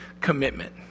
commitment